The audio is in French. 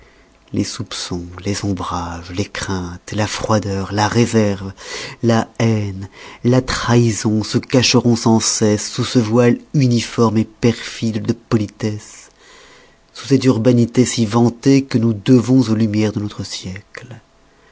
les soupçons les ombrages les craintes la froideur la réserve la haine la trahison se cacheront sans cesse sous ce voile uniforme perfide de politesse sous cette urbanité si vantée que nous devons aux lumières de notre siècle